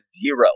zero